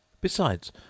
Besides